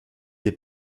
des